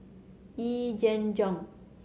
Yee Jenn Jong